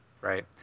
right